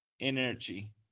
energy